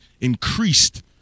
increased